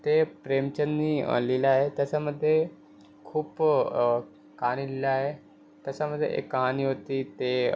ते प्रेमचंदनी लिहिलं आहे तेच्यामध्ये खूप कहानी लिहिलं आहे तेच्यामध्ये एक कहानी होती ते